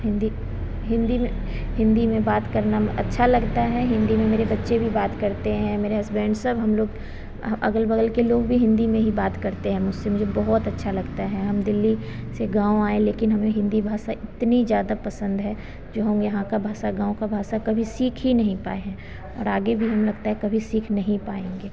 हिन्दी हिन्दी में हिन्दी में बात करना अच्छा लगता है हिन्दी में मेरे बच्चे भी बात करते हैं मेरे हसबैन्ड सब हमलोग अगल बगल के लोग भी हिन्दी में ही बात करते हैं मुझसे मुझे बहुत अच्छा लगता है हम दिल्ली से गाँव आए लेकिन हमें हिन्दी भाषा इतनी ज़्यादा पसन्द है जो हम यहाँ की भाषा गाँव की भाषा कभी सीख ही नहीं पाए हैं और आगे भी हमें लगता है कभी सीख नहीं पाएँगे